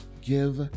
give